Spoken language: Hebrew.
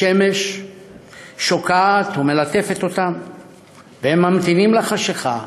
השמש שוקעת ומלטפת אותם והם ממתינים לחשכה,